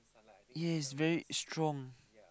yes very strong